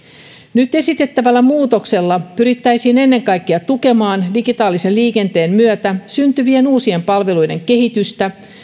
nyt esitettävällä muutoksella pyrittäisiin ennen kaikkea tukemaan digitaalisen liikenteen myötä syntyvien uusien palveluiden kehitystä